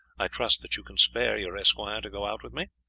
i trust that you can spare your esquire to go out with me.